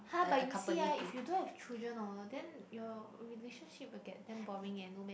!huh! but you see ah if you don't have children hor then your relationship will get damn boring eh no meh